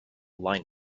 line